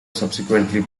subsequently